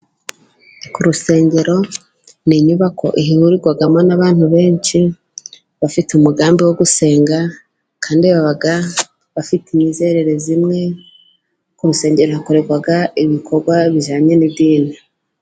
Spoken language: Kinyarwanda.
Urusengero ni inyubako ihurirwamo n'abantu benshi, bafite umugambi wo gusenga, kandi baba bafite imyizerere imwe, ku rusengero hakorerwa ibikorwa bijyanye n'idini.